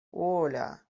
оля